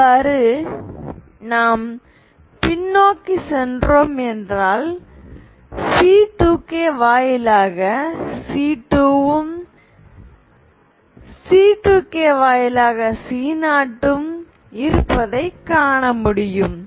இவ்வாறு நாம் பின்னோக்கி சென்றோம் என்றால் C2k வாயிலாக C2வும் C2k வாயிலாக C0 வும் இருப்பதை காணமுடியும்